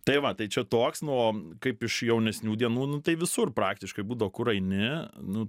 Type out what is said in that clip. tai va tai čia toks nu o kaip iš jaunesnių dienų nu tai visur praktiškai būdavo kur eini nu